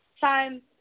time